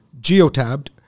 geotabbed